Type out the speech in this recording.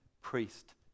priest